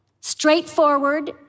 straightforward